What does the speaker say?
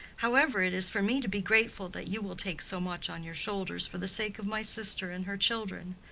however, it is for me to be grateful that you will take so much on your shoulders for the sake of my sister and her children.